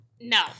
No